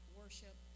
worship